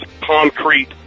concrete